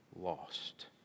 lost